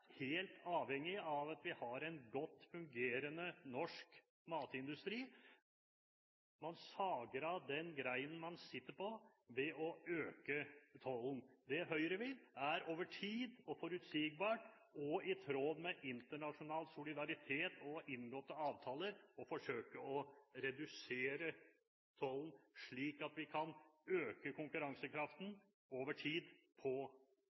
helt avhengig av at vi har en godt fungerende norsk matindustri. Man sager av den greinen man sitter på, ved å øke tollen. Det Høyre vil, er over tid – og forutsigbart og i tråd med internasjonal solidaritet og inngåtte avtaler – forsøke å redusere tollen, slik at vi på annen måte kan øke konkurransekraften over tid. Men jeg reagerer sterkt på